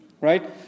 right